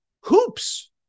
hoops